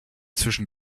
zwischen